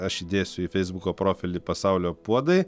aš įdėsiu į feisbuko profilį pasaulio puodai